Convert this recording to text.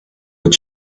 your